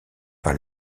par